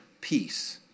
peace